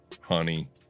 Honey